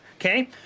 Okay